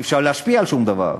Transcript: אי-אפשר להשפיע על שום דבר.